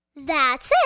that's it.